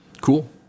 Cool